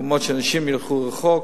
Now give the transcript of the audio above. מקומות רחוקים שהאנשים ילכו אליהם.